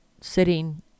sitting